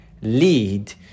lead